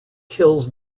kills